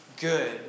good